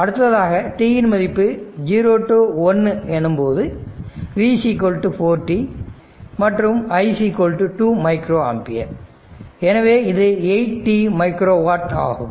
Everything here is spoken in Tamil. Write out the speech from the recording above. அடுத்ததாக 0t1 எனும்போது v 4 t மற்றும் i 2 மைக்ரோ ஆம்பியர் எனவே இது 8t மைக்ரோ வாட் ஆகும்